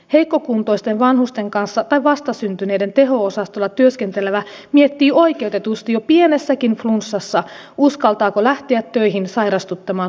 heikkokuntoisten vanhusten kanssa tai vastasyntyneiden teho osastolla työskentelevä miettii oikeutetusti jo pienessäkin flunssassa uskaltaako lähteä töihin sairastuttamaan hoivattaviaan